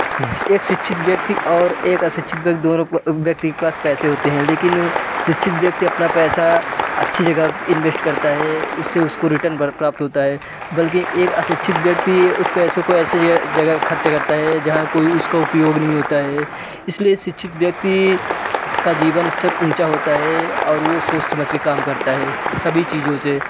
एक शिक्षित व्यक्ति और एक अशिक्षित व्यक्ति दोनों व्यक्तियों के पास पैसे होते है लेकिन शिक्षित व्यक्ति अपना पैसा अच्छी जगह इनवेस्ट करता है उससे उसको रिटर्न बहुत प्राप्त होता है बल्कि एक अशिक्षित व्यक्ति उस पैसे को ऐसी जगह खर्च करता है जहाँ कोई उसका उपयोग नहीं होता है इसलिए एक शिक्षित व्यक्ति का जीवन स्तर ऊँचा होता है और वो वो सोच समझ के काम करता है सभी चीज़ों से